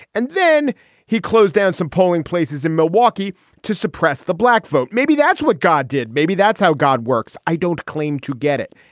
and then he closed down some polling places in milwaukee to suppress the black vote. maybe that's what god did. maybe that's how god works. i don't claim to get it.